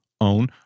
own